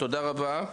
תודה רבה.